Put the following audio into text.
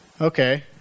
okay